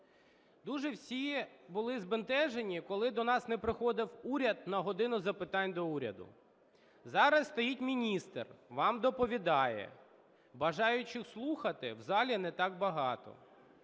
Дуже всі були збентежені, коли до нас не приходив уряд на "годину запитань до Уряду". Зараз стоїть міністр, вам доповідає, бажаючих слухати в залі не так багато.